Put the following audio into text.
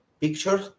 picture